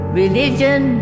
religion